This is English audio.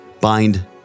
bind